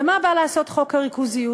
ומה בא לעשות חוק הריכוזיות?